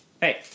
Hey